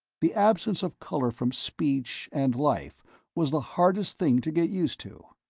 the absence of color from speech and life was the hardest thing to get used to.